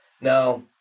Now